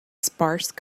sparse